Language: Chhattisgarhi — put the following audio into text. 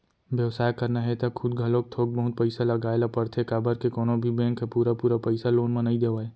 बेवसाय करना हे त खुद घलोक थोक बहुत पइसा लगाए ल परथे काबर के कोनो भी बेंक ह पुरा पुरा पइसा लोन म नइ देवय